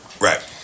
Right